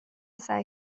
سعی